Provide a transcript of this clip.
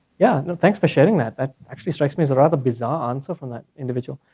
yeah, no thanks for sharing that. that actually strikes me as a rather bizarre answer from that individual.